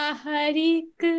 harik